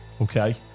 Okay